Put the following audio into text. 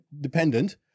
dependent